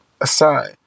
aside